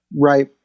right